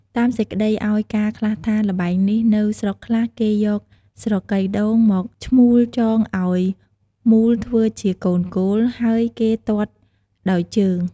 តាមសេចក្តីឲ្យការណ៍ខ្លះថា ល្បែងនេះនៅស្រុកខ្លះ គេយកស្រកីដូងមកឆ្មូលចងឲ្យមូលធ្វើជាកូនគោល ហើយគេទាត់ដោយជើង។